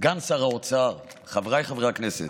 סגן שר האוצר, חבריי חברי הכנסת,